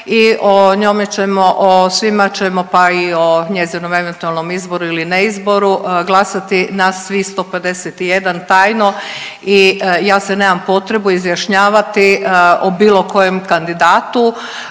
i o njome ćemo o svima ćemo, pa i o njezinom izboru ili neizboru glasati nas svih 151 tajno i ja se nemam potrebu izjašnjavati o bilo kojem kandidati,